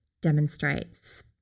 demonstrates